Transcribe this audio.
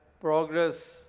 progress